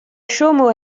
chomo